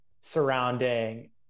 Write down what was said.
surrounding